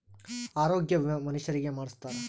ಆರೊಗ್ಯ ವಿಮೆ ಮನುಷರಿಗೇ ಮಾಡ್ಸ್ತಾರ